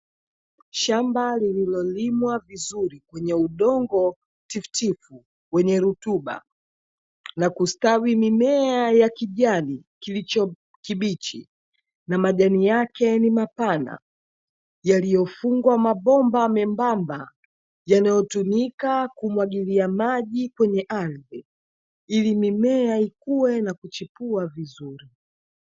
Shamba lililolimwa vizuri kwenye udongo tifutifu wenye rutuba, na kustawi mimea ya kijani kilicho kibichi na majani yake ni mapana yaliyofungwa mabomba mapana, yaliyotumika kumwagilia maji kwenye ardhi ili mimea ikue na kuchipua vizuri.